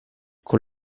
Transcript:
con